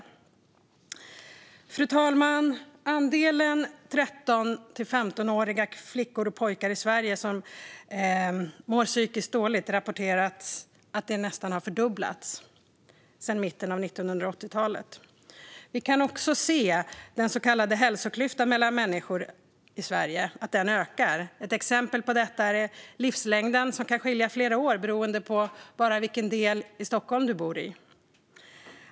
Det rapporteras att antalet 13-15-åriga flickor och pojkar i Sverige som mår psykiskt dåligt nästan har fördubblats sedan mitten av 1980-talet. Vi kan också se att den så kallade hälsoklyftan mellan människor i Sverige ökar. Ett exempel på detta är livslängden, som kan skilja flera år beroende på bara vilken del av Stockholm man bor i.